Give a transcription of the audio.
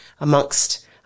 amongst